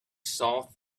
solved